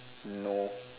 no